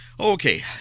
Okay